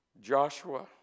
Joshua